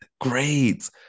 Great